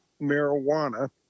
marijuana